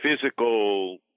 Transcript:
physical